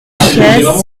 chiéze